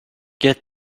get